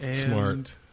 Smart